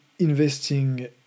investing